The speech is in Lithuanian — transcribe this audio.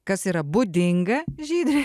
kas yra būdinga žydre